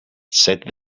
set